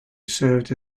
served